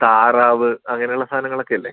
താറാവ് അങ്ങനെയുള്ള സാധനങ്ങളൊക്കെ ഇല്ലേ